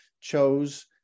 chose